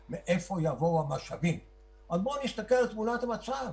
בואו נסתכל על תמונת המצב.